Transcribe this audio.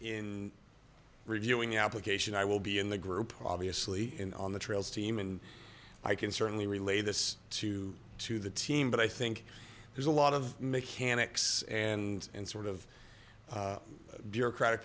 in reviewing application i will be in the group obviously in on the trails team and i can certainly relate this to to the team but i think there's a lot of mechanics and in sort of bureaucratic